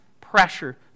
pressure